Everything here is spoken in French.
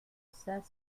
cinq